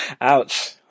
Ouch